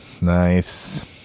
Nice